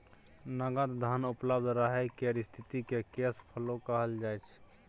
नगद धन उपलब्ध रहय केर स्थिति केँ कैश फ्लो कहल जाइ छै